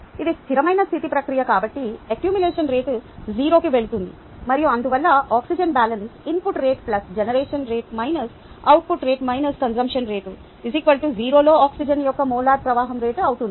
ఇది స్థిరమైన స్థితి ప్రక్రియ కాబట్టి ఎక్యూములేషన్ రేటు 0 కి వెళుతుంది మరియు అందువల్ల oxygen balance input rate generation rate output rate - consumption rate 0 లో ఆక్సిజన్ యొక్క మోలార్ ప్రవాహం రేటు అవుతుంది